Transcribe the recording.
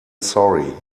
sorry